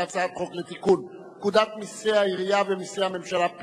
הצעת חוק לתיקון פקודת מסי העירייה ומסי הממשלה (פטורין)